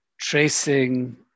tracing